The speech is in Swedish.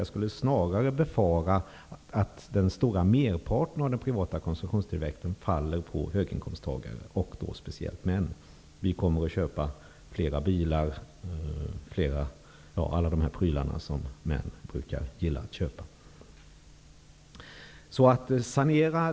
Jag befarar snarare att den stora merparten av konsumtionstillväxten faller på höginkomsttagare, och då speciellt på män. Vi kommer att köpa fler bilar och andra prylar som män brukar gilla att köpa.